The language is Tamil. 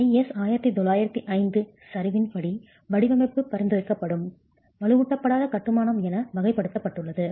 IS 1905 சரிவின்படி வடிவமைப்பு பரிந்துரைக்கப்படும் வலுவூட்டப்படாத கட்டுமானம் என வகைப்படுத்தப்பட்டுள்ளது